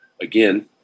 again